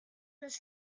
los